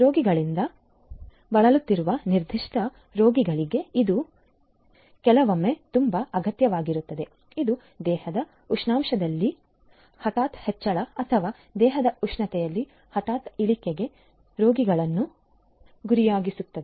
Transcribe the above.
ರೋಗಗಳಿಂದ ಬಳಲುತ್ತಿರುವ ನಿರ್ದಿಷ್ಟ ರೋಗಿಗಳಿಗೆ ಇದು ಕೆಲವೊಮ್ಮೆ ತುಂಬಾ ಅಗತ್ಯವಾಗಿರುತ್ತದೆ ಇದು ದೇಹದ ಉಷ್ಣಾಂಶದಲ್ಲಿ ಹಠಾತ್ ಹೆಚ್ಚಳ ಅಥವಾ ದೇಹದ ಉಷ್ಣಾಂಶದಲ್ಲಿ ಹಠಾತ್ ಇಳಿಕೆಗೆ ರೋಗಿಗಳನ್ನು ಗುರಿಯಾಗಿಸುತ್ತದೆ